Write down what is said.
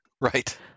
Right